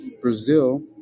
Brazil